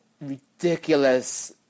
ridiculous